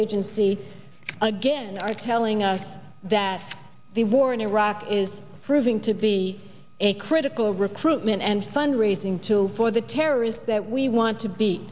agency again are telling us that the war in iraq is proving to be a critical recruitment and fundraising tool for the terrorists that we want to be